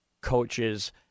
coaches